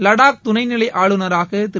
லடாக் துணைநிலை ஆளுநராக திரு